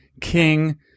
King